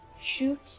shoot